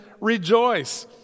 rejoice